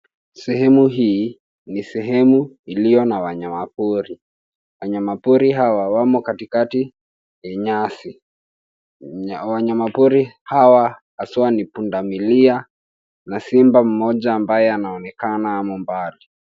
Sehemu hii ni sehemu iliyo na wanyama pori. Wanyama pori hawa wamo katikati ya nyasi. Wanyama pori hawa haswa ni pundamilia na simba mmoja ambaye anaonekana amo mbali.